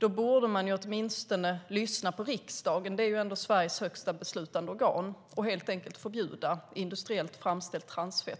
borde man åtminstone lyssna på riksdagen - det är ändå Sveriges högsta beslutande organ - och helt enkelt förbjuda industriellt framställt transfett.